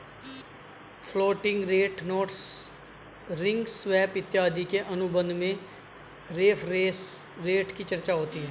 floating rate notes ring swap इत्यादि के अनुबंध में रेफरेंस रेट की चर्चा होती है